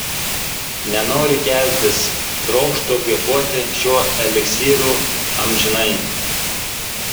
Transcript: nenoriu keltis trokštu kvėpuoti šiuo eliksyru amžinai